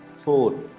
Four